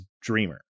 Dreamer